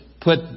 put